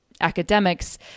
academics